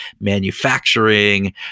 manufacturing